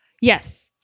Yes